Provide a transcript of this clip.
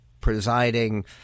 presiding